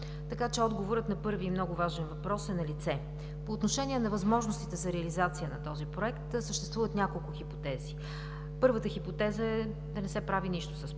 Така че отговорът на първия и много важен въпрос е налице. По отношение на възможностите за реализация на този Проект съществуват няколко хипотези: Първата хипотеза е да не се прави нищо с Проекта.